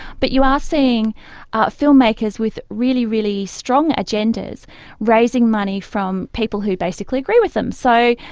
but you are seeing filmmakers with really, really strong agendas raising money from people who basically agree with them. so,